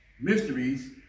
mysteries